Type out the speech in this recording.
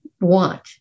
want